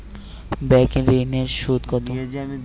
Bank ঋন এর সুদ কত?